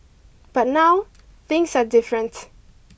but now things are different